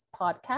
podcast